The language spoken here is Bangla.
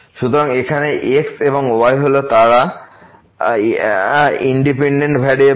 সুতরাং এখানে x এবং y হল তারা ইন্ডিপেন্ডেন্ট ভেরিয়েবল